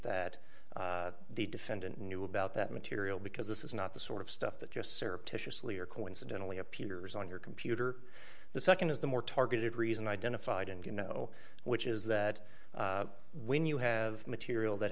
that the defendant knew about that material because this is not the sort of stuff that just surreptitiously or coincidentally a peters on your computer the nd is the more targeted reason identified and you know which is that when you have i have material that